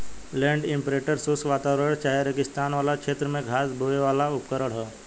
land imprinter शुष्क वातावरण चाहे रेगिस्तान वाला क्षेत्र में घास बोवेवाला उपकरण ह